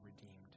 redeemed